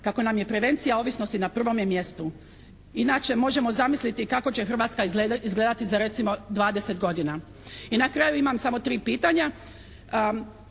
kako nam je prevencija ovisnosti na prvome mjestu. Inače, možemo zamisliti kako će Hrvatska izgledati za recimo 20 godina. I na kraju imam samo tri pitanja.